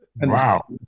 Wow